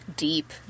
Deep